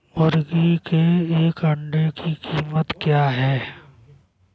मुर्गी के एक अंडे की कीमत क्या है?